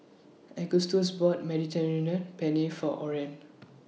Agustus bought Mediterranean Penne For Orren